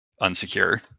unsecure